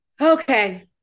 Okay